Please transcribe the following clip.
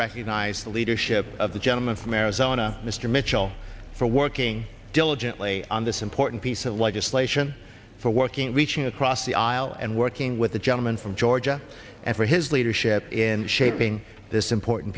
recognize the leadership of the gentleman from arizona mr mitchell for working diligently on this important piece of legislation for working reaching across the aisle and working with the gentleman from georgia and for his leadership in shaping this important